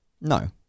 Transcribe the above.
No